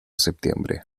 septiembre